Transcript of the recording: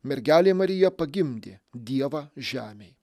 mergelė marija pagimdė dievą žemei